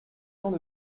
temps